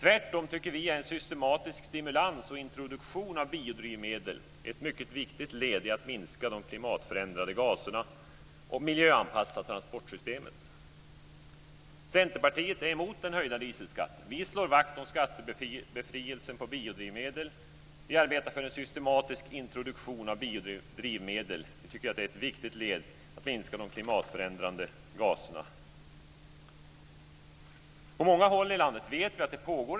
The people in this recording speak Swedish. Tvärtom tycker vi att en systematisk stimulans och introduktion av biodrivmedel är ett mycket viktigt led i att minska de klimatförändrande gaserna och miljöanpassa transportsystemet. Centerpartiet är mot den höjda dieselskatten.